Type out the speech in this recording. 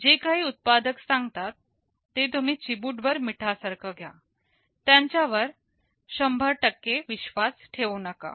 जे काही उत्पादक सांगतात ते तुम्ही चिमूटभर मीठ सारख घ्या त्यांच्यावर 100 विश्वास ठेऊ नका